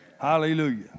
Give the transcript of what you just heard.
Hallelujah